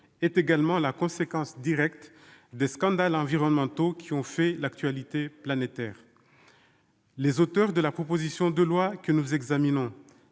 est également la conséquence directe des scandales environnementaux qui ont fait l'actualité planétaire. Les auteurs de cette proposition de loi, auxquels je tiens